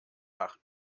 nach